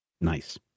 Nice